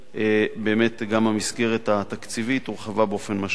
גם המסגרת התקציבית הורחבה באופן משמעותי.